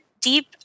deep